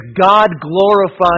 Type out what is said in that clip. God-glorifying